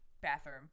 bathroom